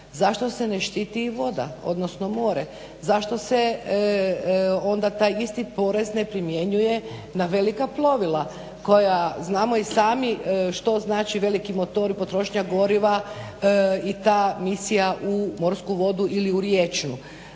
zašto se ne štiti i voda, odnosno more? Zašto se onda taj isti porez ne primjenjuje na velika plovila koja znamo i sami što znači veliki motor, potrošnja goriva i ta misija u morsku vodu ili u riječnu.